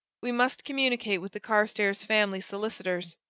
we must communicate with the carstairs family solicitors.